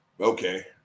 Okay